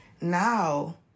now